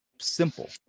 simple